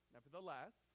Nevertheless